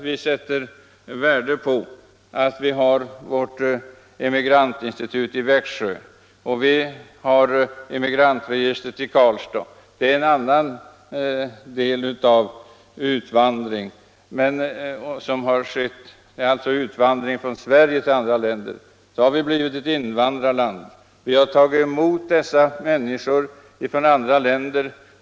Vi sätter värde på att vi har Emigrantinstitutet i Växjö och emigrantregistret i Karlstad. Det var tidigare fråga om utvandring från Sverige till andra länder. Nu har vi blivit ett invandrarland. Vi har tagit emot människor från andra länder.